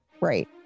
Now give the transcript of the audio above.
Right